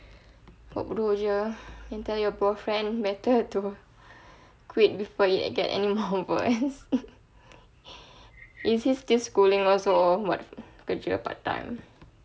buat bodoh jer ah and tell your boyfriend better to quit before it get any more worse is he still schooling also buat kerja part time